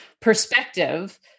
perspective